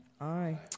Aye